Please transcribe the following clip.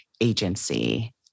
agency